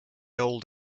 old